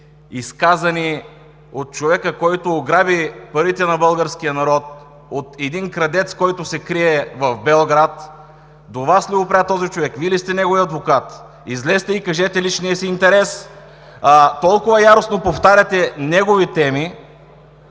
изказани от човека, който ограби парите на българския народ, от един крадец, който се крие в Белград. До Вас ли опря този човек?! Вие ли сте неговият адвокат?! Излезте и кажете личния си интерес. Толкова яростно повтаряте негови тези.